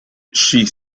she